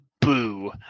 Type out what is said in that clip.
boo